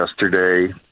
yesterday